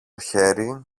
χέρι